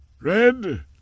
Red